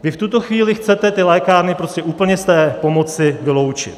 Vy v tuto chvíli chcete ty lékárny prostě úplně z té pomoci vyloučit.